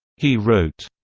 he wrote,